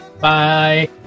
Bye